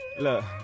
look